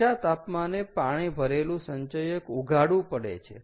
ઊંચા તાપમાને પાણી ભરેલુ સંચયક ઉઘાડું પડે છે